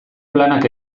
planak